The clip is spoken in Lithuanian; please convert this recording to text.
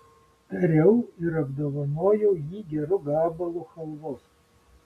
tariau ir apdovanojau jį geru gabalu chalvos